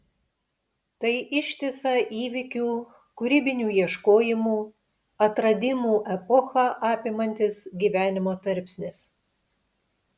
tai ištisą įvykių kūrybinių ieškojimų atradimų epochą apimantis gyvenimo tarpsnis